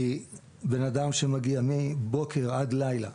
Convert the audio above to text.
כי בן אדם שמגיע מבוקר עד לילה,